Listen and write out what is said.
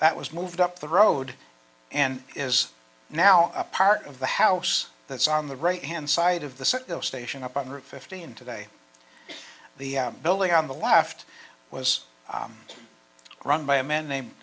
that was moved up the road and is now a part of the house that's on the right hand side of the central station up on route fifty and today the building on the left was run by a man named